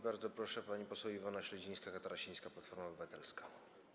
Bardzo proszę, pani poseł Iwona Śledzińska-Katarasińska, Platforma Obywatelska.